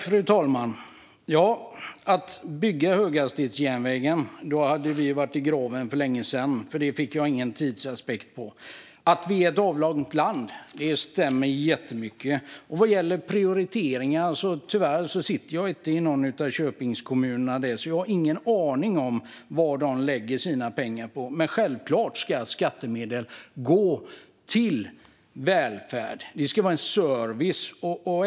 Fru talman! Om vi hade byggt höghastighetsjärnvägen hade vi varit i graven för länge sedan. Jag fick inte höra någon tidsaspekt när det gäller det. Sverige är ett avlångt land. Det stämmer bra. Vad gäller prioriteringar sitter jag tyvärr inte i kommunstyrelsen i någon av köpingkommunerna och har därför ingen aning om vad de lägger sina pengar på. Men självklart ska skattemedel gå till välfärd. Det ska vara en service.